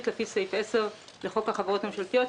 לפי סעיף 10 לחוק החברות הממשלתיות,